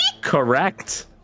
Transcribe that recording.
Correct